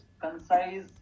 concise